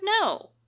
No